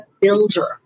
builder